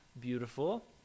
beautiful